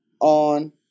on